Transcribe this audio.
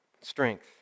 strength